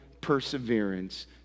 perseverance